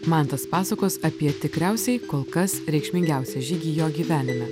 mantas pasakos apie tikriausiai kol kas reikšmingiausią žygį jo gyvenime